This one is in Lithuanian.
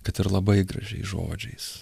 kad ir labai gražiais žodžiais